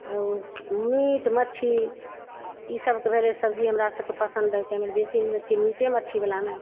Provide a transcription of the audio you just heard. meat मछली ई सबके भेलय सब्जी हमरा सबके पसन्द हइ छै हमर बेसी मीटे मछलीवला मे